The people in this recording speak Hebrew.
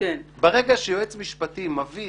ברגע שיועץ משפטי מביא